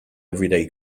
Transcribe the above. everyday